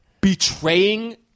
betraying